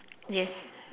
yes